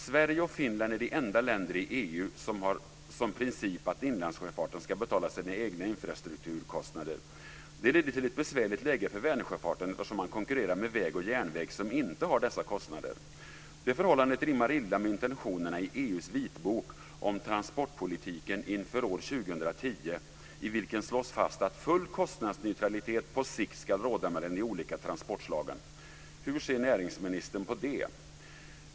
Sverige och Finland är de enda länder i EU som har som princip att inlandssjöfarten ska betala sina egna infrastrukturkostnader. Det leder till ett besvärligt läge för Vänersjöfarten, eftersom man konkurrerar med väg och järnväg, som inte har dessa kostnader. Det förhållandet rimmar illa med intentionerna i EU:s vitbok om transportpolitiken inför år 2010, i vilken slås fast att full kostnadsneutralitet på sikt ska råda mellan de olika transportslagen. Hur ser näringsministern på det?